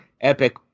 epic